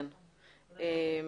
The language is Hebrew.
אני מבינה.